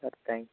sir thanks